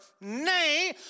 Nay